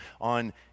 on